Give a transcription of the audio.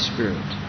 Spirit